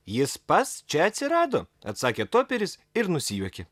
jis pas čia atsirado atsakė toperis ir nusijuokė